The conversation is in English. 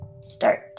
Start